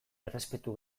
errespetu